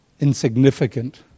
insignificant